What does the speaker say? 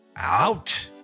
Out